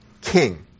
king